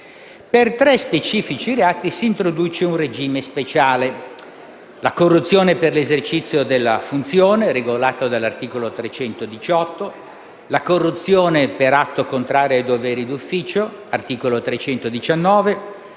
Per tre specifici reati si introduce un regime speciale: per la corruzione per l'esercizio della funzione, (articolo 318); per la corruzione per atto contrario ai doveri di ufficio (articolo 319);